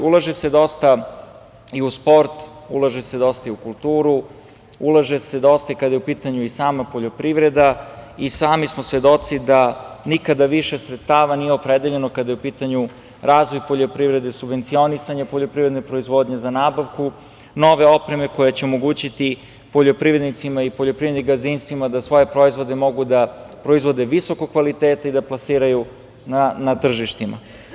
Ulaže se dosta i u sport, ulaže se dosta i u kulturu, ulaže se dosta i kada je u pitanju i sama poljoprivreda i sami smo svedoci da nikada više sredstava nije opredeljeno kada je u pitanju razvoj poljoprivrede, subvencionisanje poljoprivredne proizvodnje, za nabavku nove opreme koja će omogućiti poljoprivrednicima i poljoprivrednim gazdinstvima da svoje proizvode mogu da proizvode visokog kvaliteta i da plasiraju na tržištima.